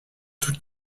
tout